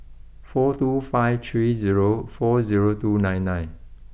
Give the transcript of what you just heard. four two five three zero four zero two nine nine